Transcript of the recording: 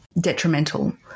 detrimental